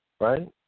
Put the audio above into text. Right